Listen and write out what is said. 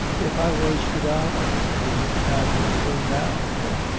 if i was to die for it, you won't have your will now, then,